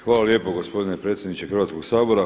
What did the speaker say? Hvala lijepo gospodine predsjedniče Hrvatskog sabora.